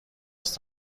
است